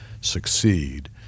succeed